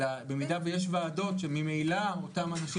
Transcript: אלא במידה שיש ועדות שממילא אותם אנשים